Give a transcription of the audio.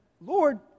Lord